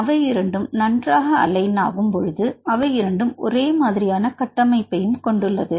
அவையிரண்டும் நன்றாக அலைன் ஆகும் பொழுது அவை இரண்டும் ஒரே மாதிரியான கட்டமைப்பையும் கொண்டுள்ளது